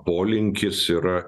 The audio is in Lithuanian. polinkis yra